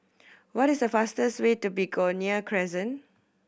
what is the fastest way to Begonia Crescent